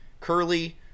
Curly